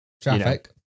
traffic